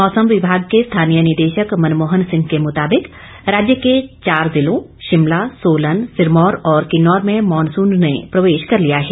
मौसम विभाग के स्थानीय निदेशक मनमोहन सिंह के मुताबिक राज्य के चार जिलों शिमला सोलन सिरमौर और किन्नौर में मॉनसून ने प्रवेश कर लिया है